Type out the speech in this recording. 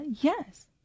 Yes